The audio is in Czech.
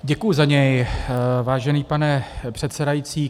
Děkuji za něj, vážený pane předsedající.